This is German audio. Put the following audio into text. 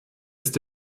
ist